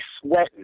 sweating